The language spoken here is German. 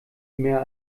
mehr